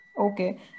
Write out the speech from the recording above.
Okay